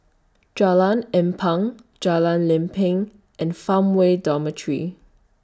Jalan Ampang Jalan Lempeng and Farmway Dormitory